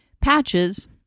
patches